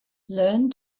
learn